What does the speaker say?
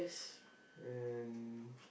and